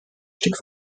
stück